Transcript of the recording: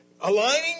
aligning